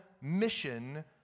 mission